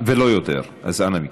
ולא יותר, אז אנא מכם.